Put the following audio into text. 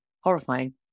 horrifying